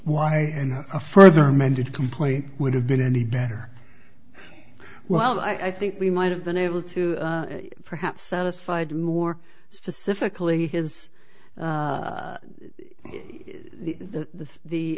why a further amended complaint would have been any better well i think we might have been able to perhaps satisfied more specifically is the the